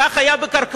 כך היה בקרקעות,